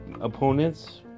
opponents